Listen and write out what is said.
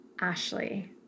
ashley